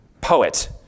poet